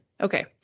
okay